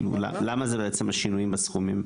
למה זה בעצם השינויים בסכומים?